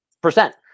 percent